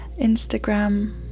Instagram